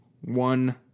One